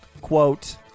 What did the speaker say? quote